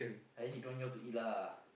I eat don't want y'all to eat lah